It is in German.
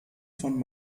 von